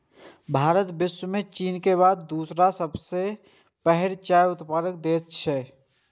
भारत विश्व मे चीन के बाद दोसर सबसं पैघ चाय उत्पादक देश छियै